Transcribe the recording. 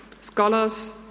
scholars